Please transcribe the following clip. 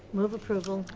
move approval.